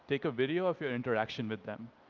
take a video of your interaction with them.